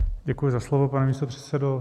Děkuji za slovo, pane místopředsedo.